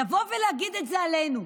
לבוא ולהגיד את זה עלינו,